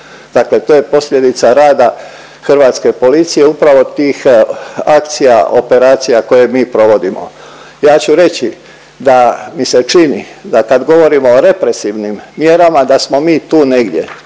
dakle to je posljedica rada hrvatske policije i upravo tih akcija operacija koje mi provodimo. Ja ću reći da mi se čini da kad govorimo o represivnim mjerama da smo mi tu negdje,